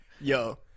yo